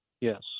Yes